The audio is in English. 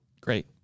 Great